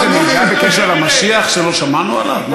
יש לכם מידע בקשר למשיח שלא שמענו עליו?